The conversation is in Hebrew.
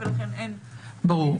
ברור.